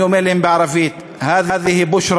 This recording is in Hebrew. אני אומר להם בערבית: (אומר דברים בשפה הערבית,